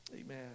Amen